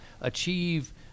achieve